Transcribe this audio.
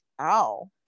Ow